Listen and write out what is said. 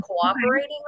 cooperating